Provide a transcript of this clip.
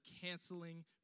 canceling